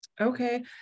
Okay